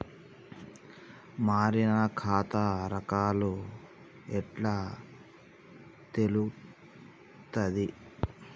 మారిన ఖాతా రకాలు ఎట్లా తెలుత్తది?